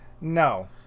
no